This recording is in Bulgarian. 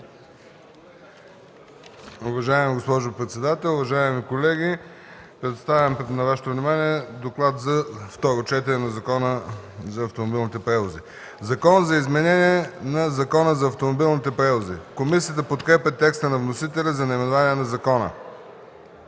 Уважаема госпожо председател, уважаеми колеги! Представям на Вашето внимание: „Доклад за второ четене на Закона за автомобилните превози“. „Закон за изменение на Закона за автомобилните превози“. Комисията подкрепя текста на вносителя за наименованието на закона.